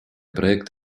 проект